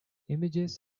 images